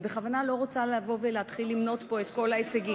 אני בכוונה לא רוצה לבוא ולהתחיל למנות פה את כל ההישגים,